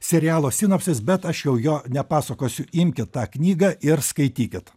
serialo sinapsis bet aš jau jo nepasakosiu imkit tą knygą ir skaitykit